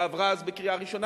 ועברה אז בקריאה ראשונה,